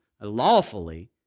lawfully